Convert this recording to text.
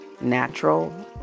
natural